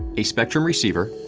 a spectrum receiver,